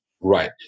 Right